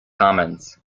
commons